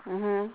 mmhmm